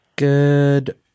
good